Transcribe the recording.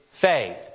faith